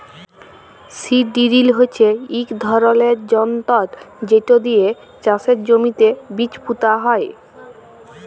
seed drill হচ্যে ইক ধরলের যনতর যেট দিয়ে চাষের জমিতে বীজ পুঁতা হয়